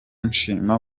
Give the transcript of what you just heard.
nshima